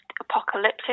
apocalyptic